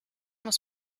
muss